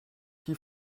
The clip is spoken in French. qui